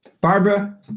Barbara